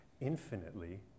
infinitely